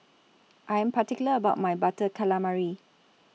I Am particular about My Butter Calamari